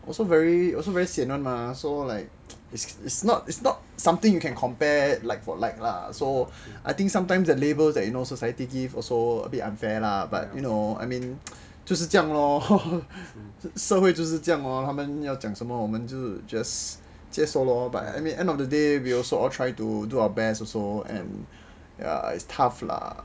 well also very also very sian [one] mah so like it's not like something you can compare like for like lah so I think sometimes that the label that you know society give also quite unfair lah but you know I mean 这是这样 lor 社会就是这样 lor 他们要讲什么我们就 just 接收 lor but I mean in the end of the day we also try to do our best also and ya it's tough lah